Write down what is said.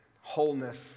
wholeness